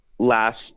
last